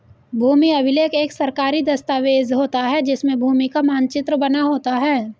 भूमि अभिलेख एक सरकारी दस्तावेज होता है जिसमें भूमि का मानचित्र बना होता है